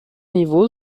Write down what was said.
niveau